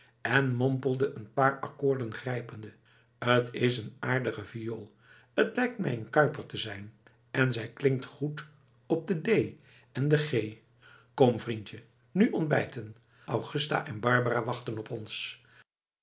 en mompelde een paar akkoorden grijpende t is een aardige viool t lijkt mij een kuyper te zijn en zij klinkt goed op de d en de g kom vriendje nu ontbijten augusta en barbara wachten op ons